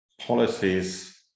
policies